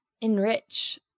enrich